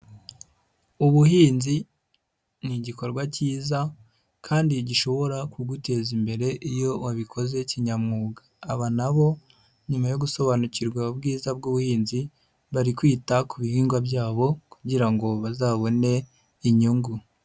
Ubuhinzi ni igikorwa cyiza kandi gishobora kuguteza imbere iyo wabikoze kinyamwuga, aba nabo nyuma yo gusobanukirwa ubwiza bwubuhinzi bari kwita ku bihingwa byabo kugira ngo bazabone inyungu.